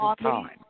time